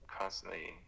constantly